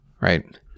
right